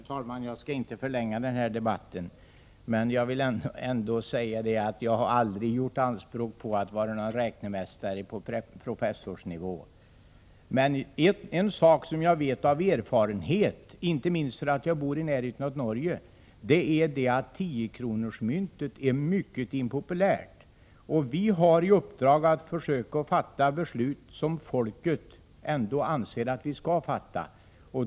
Herr talman! Jag skall inte förlänga denna debatt mycket mera, men jag vill säga att jag aldrig gjort anspråk på att vara någon räknemästare i professorsnivå. Men en sak vet jag av erfarenhet, inte minst för att jag bor i närheten av Norge. Det är att 10-kronorsmynten är mycket impopulära. Vi har i uppdrag att försöka fatta sådana beslut som folket vill att vi skall fatta.